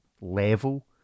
level